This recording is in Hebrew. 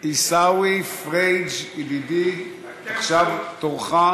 עיסאווי פריג', ידידי, עכשיו תורך.